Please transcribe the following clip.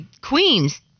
Queens